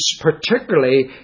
particularly